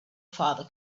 father